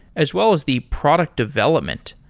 as well as the product development.